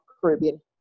Caribbean